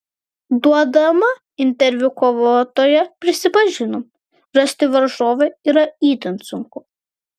duodama interviu kovotoja prisipažino rasti varžovę yra itin sunku